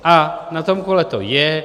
A na tom kole to je.